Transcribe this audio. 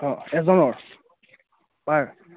অঁ এজনৰ পাৰ